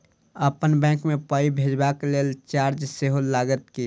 अप्पन बैंक मे पाई भेजबाक लेल चार्ज सेहो लागत की?